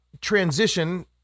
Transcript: transition